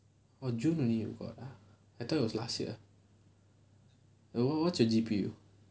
oh june only you got ah I thought it was last year oh what's your G_P_U